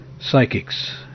Psychics